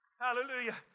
Hallelujah